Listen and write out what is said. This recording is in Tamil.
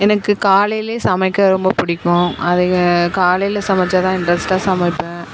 எனக்கு காலையில் சமைக்க ரொம்ப பிடிக்கும் அது காலையில் சமைத்தாதான் இன்ட்ரெஸ்ட்டாக சமைப்பேன்